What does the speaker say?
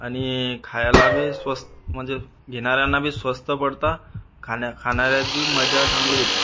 आणि खायलाबी स्वस्त म्हणजे घेणाऱ्यांनाबी स्वस्त पडता खाण्या खाणाऱ्यांची मजा चांगली येते